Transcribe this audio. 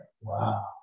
Wow